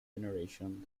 generation